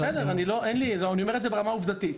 בסדר, אני אומר את זה ברמה העובדתית.